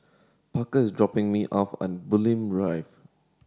Parker is dropping me off at Bulim Drive